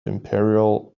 imperial